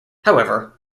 however